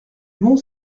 mont